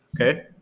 Okay